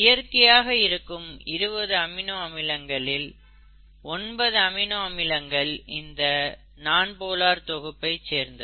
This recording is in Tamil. இயற்கையாக இருக்கும் 20 அமினோ அமிலங்களில் 9 அமினோ அமிலங்கள் இந்த நான்போலார் தொகுப்பைச் சேர்ந்தது